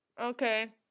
Okay